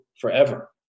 forever